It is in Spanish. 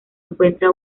encuentra